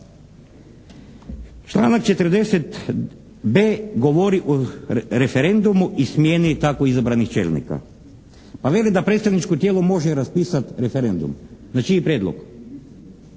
Članak 40. b, govori o referendumu i smjeni tako izabranih čelnika. Pa veli da predstavničko tijelo može raspisat referendum. Na čiji prijedlog?